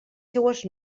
seues